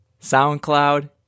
SoundCloud